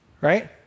Right